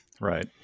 Right